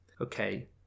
Okay